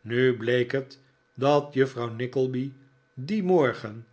nu bleek het dat juffrouw nickleby dien morgen